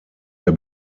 der